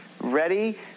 ready